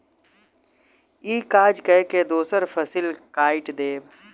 ई काज कय के दोसर फसिल कैट देब